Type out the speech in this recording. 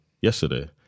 yesterday